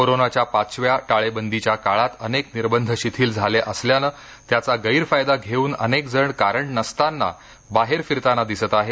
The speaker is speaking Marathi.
कोरोनाच्या पाचव्या टाळेबंदीच्या काळात अनेक निर्बंध शिथिल झाले असल्यानं त्याचा गैरफायदा घेऊन अनेकजण कारण नसताना बाहेर फिरताना दिसत आहेत